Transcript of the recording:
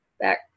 back